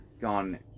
gone